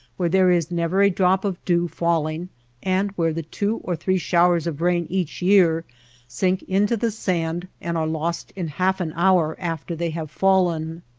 where there is never a drop of dew falling and where the two or three showers of rain each year sink into the sand and are lost in half an hour after they have fallen.